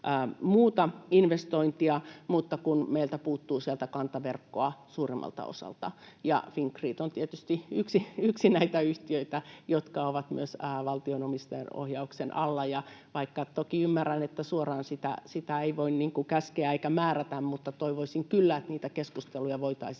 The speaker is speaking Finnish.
muuta investointia, mutta kun meiltä puuttuu sieltä kantaverkkoa suurimmalta osalta. Ja Fingrid on tietysti yksi näitä yhtiöitä, jotka ovat valtion omistajaohjauksen alla. Toki ymmärrän, että suoraan sitä ei voi käskeä eikä määrätä, mutta toivoisin kyllä, että niitä keskusteluja voitaisiin